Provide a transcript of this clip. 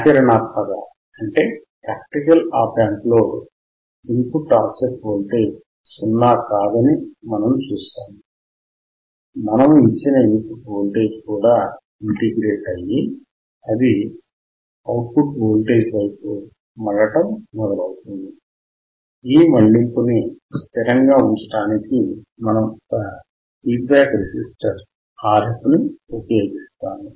ఆచరణాత్మక op amp లో input offset voltage సున్నా కాదని మనం చూశాము మనము ఇచ్చిన ఇన్ పుట్ వోల్టేజ్ కూడా ఇంటిగ్రేట్ అయ్యి అది అవుట్ పుట్ వోల్టేజ్ వైపు మళ్ళటం మొదలవుతుంది ఈ మళ్లింపు ని స్థిరంగా ఉంచటానికి మనము ఒక ఫీడ్ బ్యాక్ రెసిస్టర్ Rf ని ఉపయోగిస్తాము